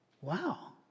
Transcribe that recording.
wow